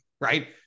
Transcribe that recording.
Right